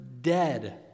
dead